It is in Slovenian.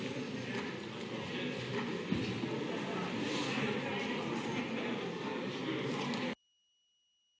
Hvala